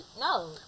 No